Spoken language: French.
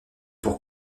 pour